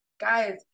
guys